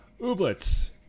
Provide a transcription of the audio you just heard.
Ooblets